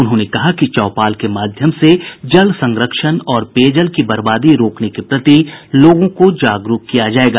उन्होंने कहा कि चौपाल के माध्यम से जल संरक्षण और पेयजल की बर्बादी रोकने के प्रति लोगों को जागरूक किया जायेगा